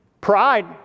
Pride